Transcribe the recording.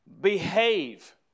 behave